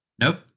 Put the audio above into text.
Nope